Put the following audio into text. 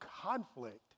conflict